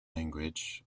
language